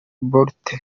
bolt